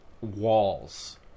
walls